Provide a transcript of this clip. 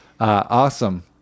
awesome